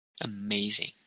Amazing